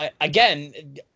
again